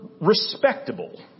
respectable